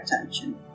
attention